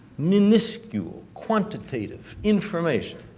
minuscule, quantitative information.